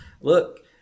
look